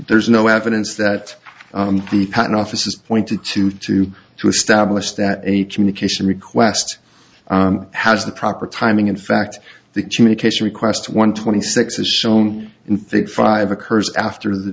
there's no evidence that the patent office has pointed to two to establish that a communication request has the proper timing in fact the communication request one twenty six as shown in fig five occurs after the